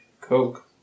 Coke